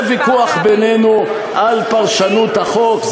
זה ויכוח בינינו על פרשנות החוק.